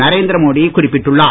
நரேந்திர மோடி குறிப்பிட்டுள்ளார்